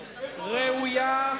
ראויה,